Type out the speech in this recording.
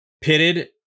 pitted